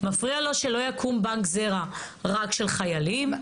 מפריע לו שלא יקום בנק זרע רק של חיילים.